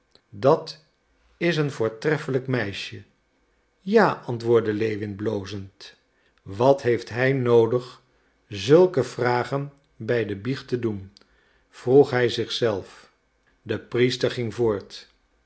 dat is een voortreffelijk meisje ja antwoordde lewin blozend wat heeft hij noodig zulke vragen bij de biecht te doen vroeg hij zich zelf de priester ging voort